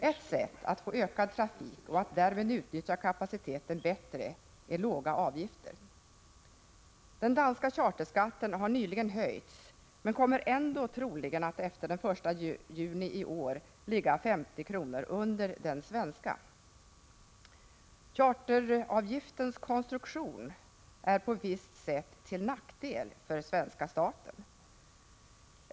Ett sätt att få ökad trafik och att därmed utnyttja kapaciteten är att sätta låga avgifter. Den danska charterskatten har nyligen höjts men kommer troligen ändå efter den 1 juni i år att ligga 50 kr. lägre än den svenska. Charteravgiftens konstruktion är på visst sätt till nackdel för svenska staten.